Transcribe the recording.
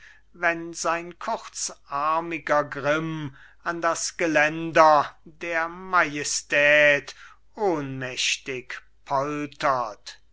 wenn sein kurzarmiger grimm an das geländer der majestät ohnmächtig poltert